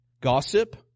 gossip